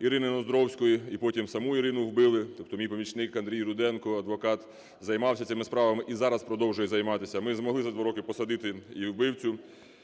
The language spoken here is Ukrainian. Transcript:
Ірини Ноздровської, і потім саму Ірину вбили. Тобто мій помічник Андрій Руденко, адвокат, займався цими справами, і зараз продовжує займатися. Ми змогли за два роки посадити і вбивцю,